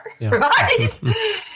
right